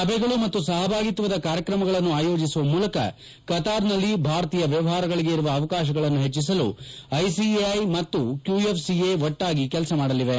ಸಭೆಗಳು ಮತ್ತು ಸಹಭಾಗಿತ್ವದ ಕಾರ್ಯಕ್ರಮಗಳನ್ನು ಆಯೋಜಿಸುವ ಮೂಲಕ ಕತಾರ್ನಲ್ಲಿ ಭಾರತೀಯ ವ್ಯವಹಾರಗಳಿಗೆ ಇರುವ ಅವಕಾಶಗಳನ್ನು ಹೆಚ್ಚಿಸಲು ಐಸಿಎಐ ಮತ್ತು ಕ್ಯೂಎಫ್ಸಿಎ ಒಟ್ಷಾಗಿ ಕೆಲಸ ಮಾಡಲಿವೆ